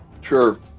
Sure